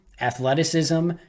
athleticism